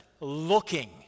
looking